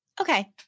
Okay